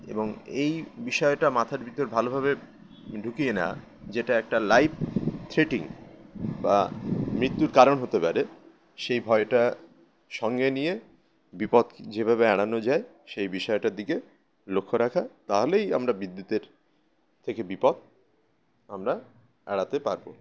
এবং এই বিষয়টা মাথার ভিতর ভালোভাবে ঢুকিয়ে না যেটা একটা লাইভ থ্রেটনিং বা মৃত্যুর কারণ হতে পারে সেই ভয়টা সঙ্গে নিয়ে বিপদ যেভাবে আড়ানো যায় সেই বিষয়টার দিকে লক্ষ্য রাখা তাহলেই আমরা বিদ্যুতের থেকে বিপদ আমরা আড়াতে পারবো